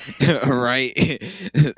Right